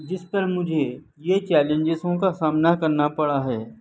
جس پر مجھے یہ چیلنجوں کا سامنا کرنا پڑا ہے